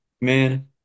man